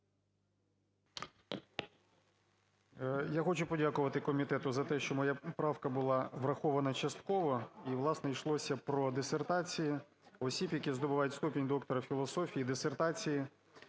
Я хочу подякувати комітету за те, що моя правка була врахована часткова. І власне, йшлося про дисертації осіб, які здобувають ступінь доктора філософії, дисертації